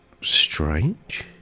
Strange